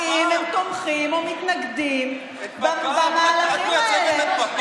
אם הם תומכים או מתנגדים למהלכים האלה?